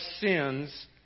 sins